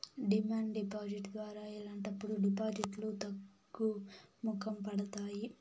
demand deposit ద్వారా ఇలాంటప్పుడు డిపాజిట్లు తగ్గుముఖం పడతాయి